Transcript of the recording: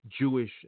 Jewish